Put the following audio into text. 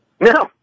No